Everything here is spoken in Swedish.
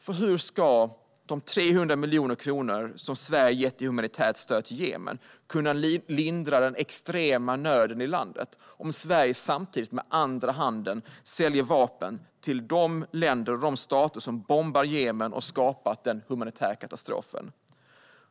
För hur ska de 300 miljoner kronor som Sverige har gett i humanitärt stöd till Jemen kunna lindra den extrema nöden i landet om Sverige samtidigt med andra handen säljer vapen till de länder och de stater som bombar Jemen och som har skapat den humanitära katastrofen?